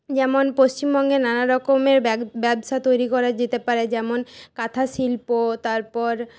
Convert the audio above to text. যেমন পশ্চিমবঙ্গে নানারকমের ব্যবসা তৈরি করা যেতে পারে যেমন কাঁথা শিল্প তারপর